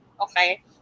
Okay